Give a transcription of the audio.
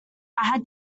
had